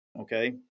okay